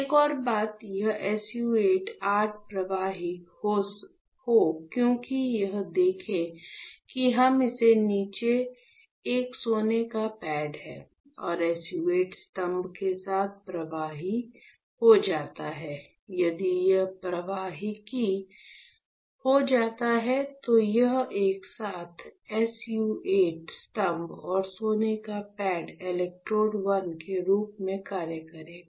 एक और बात यह एसयू 8 स्तंभ प्रवाहकीय हो क्योंकि यहां देखें कि क्या इसके नीचे एक सोने का पैड है और SU 8 स्तंभ के साथ प्रवाहकीय हो जाता है यदि यह प्रवाहकीय हो जाता है तो यह एक साथ SU 8 स्तंभ और सोने के पैड इलेक्ट्रोड 1 के रूप में कार्य करेगा